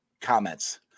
comments